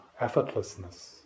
effortlessness